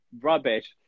rubbish